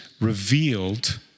revealed